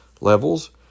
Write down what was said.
levels